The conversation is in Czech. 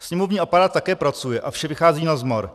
Sněmovní aparát také pracuje a vše vychází nazmar.